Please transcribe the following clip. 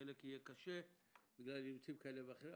בחלק יהיה קשה בגלל אילוצים כאלה ואחרים,